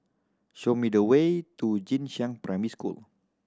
show me the way to Jing Shan Primary School